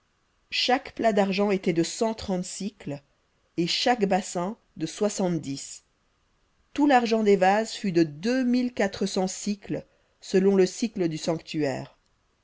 chaque plat d'argent était de cent trente et chaque bassin de soixante-dix tout l'argent des vases fut de deux mille quatre cents selon le sicle du sanctuaire